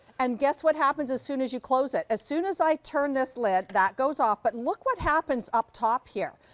and guess what happens as soon as you close it, as soon as i turn this lid, that goes off. but look what happens up top here.